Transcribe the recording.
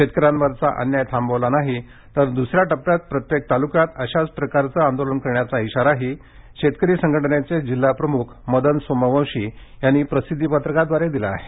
शेतकऱ्यांवरचा अन्याय थांबवला नाही तर दुसऱ्या टप्प्यात प्रत्येक तालुक्यात अशाच प्रकारचं आंदोलन करण्याचा इशाराही शेतकरी संघटनेचे जिल्हा प्रमुख मदन सोमवंशी यांनी प्रसिद्धी पत्रकाद्वारे दिला आहे